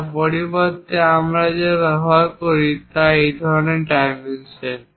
তার পরিবর্তে আমরা যা ব্যবহার করি তা এই ধরনের ডাইমেনশন